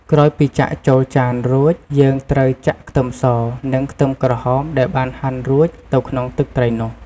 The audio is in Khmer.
ក្រោយពីចាក់ចូលចានរួច យើងត្រូវចាក់ខ្ទឹមស និងខ្ទឹមក្រហមដែលបានហាន់រួចទៅក្នុងទឹកត្រីនោះ។